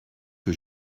que